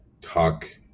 talk